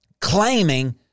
claiming